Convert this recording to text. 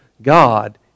God